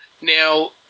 Now